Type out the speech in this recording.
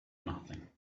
nothing